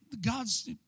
God's